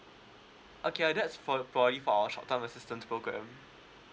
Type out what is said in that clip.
okay uh that's for for you for our short term assistance program um